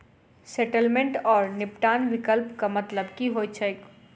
Settlement आओर निपटान विकल्पक मतलब की होइत छैक?